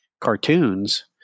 cartoons